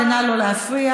נא לא להפריע.